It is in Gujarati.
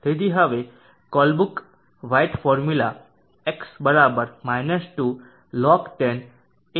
તેથી હવે આ Colebrook White formula x 2 log10 abx